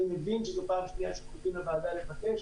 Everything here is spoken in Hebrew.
מבין שזו פעם שנייה שפונים לוועדה לבקש,